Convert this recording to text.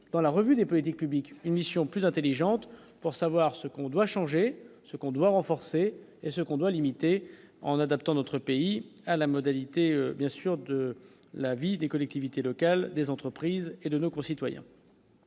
dans la revue des politiques publiques, émission plus intelligente pour savoir ce qu'on doit changer, ce qu'on doit renforcer et ce qu'on doit limiter en adaptant notre pays à la modalité bien sûr de la vie des collectivités locales, des entreprises et de nos concitoyens